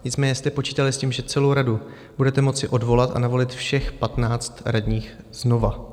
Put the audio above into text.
Nicméně jste počítali s tím, že celou radu budete moci odvolat a navolit všech 15 radních znovu.